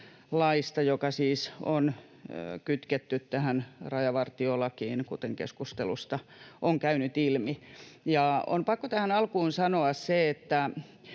siis on kytketty tähän rajavartiolakiin, kuten keskustelusta on käynyt ilmi. On pakko tähän alkuun sanoa se,